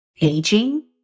aging